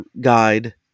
guide